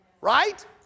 Right